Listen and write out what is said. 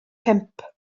pump